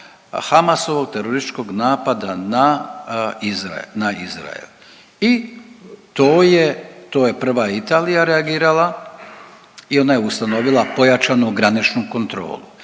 Hamasovog terorističkog napada na Izrael. I to je prva Italija reagirala i ona je ustanovila pojačanu graničnu kontrolu,